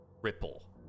ripple